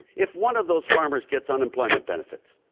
if one of those farmers gets unemployment benefits,